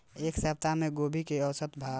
एक सप्ताह से गोभी के औसत भाव का चलत बा बताई?